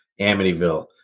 Amityville